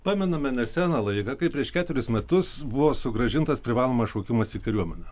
pamename neseną laidą kai prieš ketverius metus buvo sugrąžintas privalomas šaukimas į kariuomenę